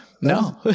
No